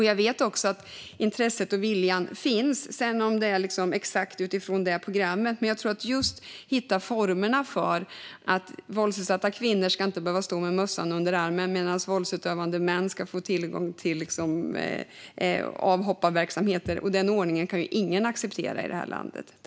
Jag vet också att intresset och viljan finns att just hitta formerna för att våldsutsatta kvinnor inte ska behöva stå med mössan i hand medan våldsutövande män ska få tillgång till avhopparverksamheter. Den ordningen kan ingen acceptera i det här landet.